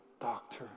doctor